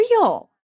real